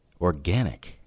organic